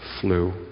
flew